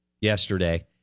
yesterday